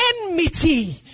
enmity